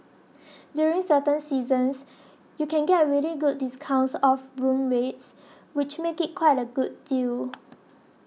during certain seasons you can get really good discounts off room rates which make it quite a good deal